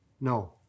No